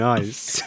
Nice